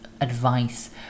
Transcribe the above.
advice